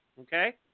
Okay